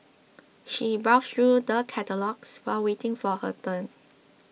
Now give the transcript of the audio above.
she browsed through the catalogues while waiting for her turn